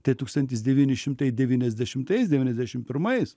tai tūkstantis devyni šimtai devyniasdešimtais devyniasdešim pirmais